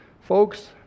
Folks